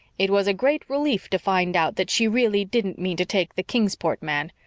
it was a great relief to find out that she really didn't mean to take the kingsport man.